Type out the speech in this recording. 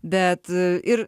bet ir